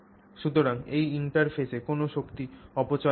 সুতরাং সেই ইন্টারফেসে কোনও শক্তি অপচয় হয় না